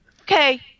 Okay